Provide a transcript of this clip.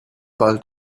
bald